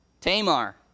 Tamar